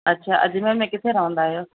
अच्छा अजमेर में किथे रहंदा आहियो